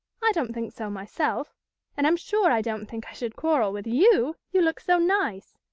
i don't think so myself and i'm sure i don't think i should quarrel with you, you look so nice.